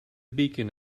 beacon